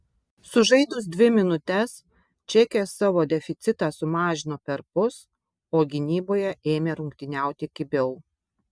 sužaidus dvi minutes čekės savo deficitą sumažino perpus o gynyboje ėmė rungtyniauti kibiau